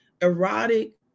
erotic